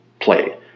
play